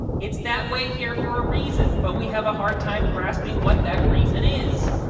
it's that way here for a reason but we have a hard time grasping what that reason is.